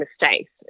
mistakes